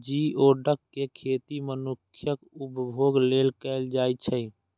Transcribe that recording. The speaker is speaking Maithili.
जिओडक के खेती मनुक्खक उपभोग लेल कैल जाइ छै